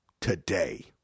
today